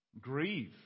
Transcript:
Grieve